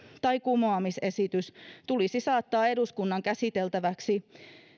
tai kumoamisesitys tulisi saattaa eduskunnan käsiteltäväksi